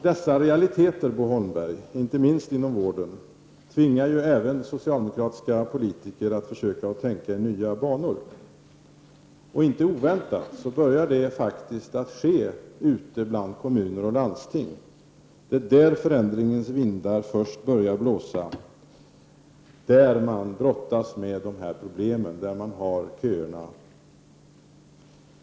Dessa realiteter, Bo Holmberg, inte minst inom vården, tvingar även socialdemokratiska politiker att försöka tänka i nya banor. Inte oväntat börjar det faktiskt ske ute i kommuner och landsting. Det är där förändringens vindar först börjar blåsa, där man brottas med dessa problem, där man har köerna.